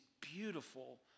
beautiful